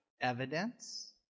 evidence